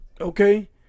okay